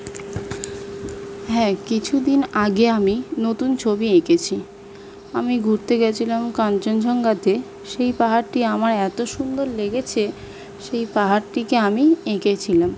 হ্যাঁ কিছু দিন আগে আমি নতুন ছবি এঁকেছি আমি ঘুরতে গেছিলাম কাঞ্চনজঙ্ঘাতে সেই পাহাড়টি আমার এত সুন্দর লেগেছে সেই পাহাড়টিকে আমি এঁকেছিলাম